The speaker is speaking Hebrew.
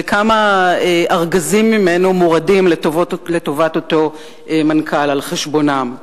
וכמה ארגזים ממנו מורדים לטובת אותו מנכ"ל על חשבונם.